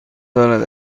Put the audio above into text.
دارد